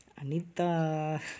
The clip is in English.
Anita